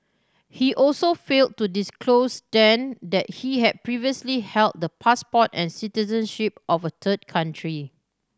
he also failed to disclose then that he had previously held the passport and citizenship of a third country